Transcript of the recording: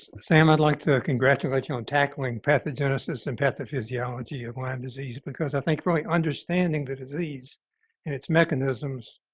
sam, i'd like to congratulate you on tackling pathogenesis and pathophysiology of lyme disease because i think really understanding the disease and its mechanisms